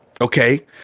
okay